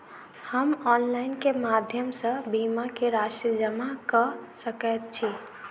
हम ऑनलाइन केँ माध्यम सँ बीमा केँ राशि जमा कऽ सकैत छी?